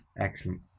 Excellent